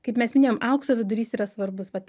kaip mes minėjom aukso vidurys yra svarbus vat